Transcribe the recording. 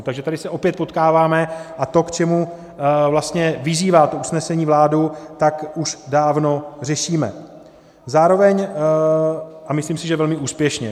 Takže tady se opět potkáváme a to, k čemu vlastně vyzývá to usnesení vládu, už dávno řešíme a myslím si, že velmi úspěšně.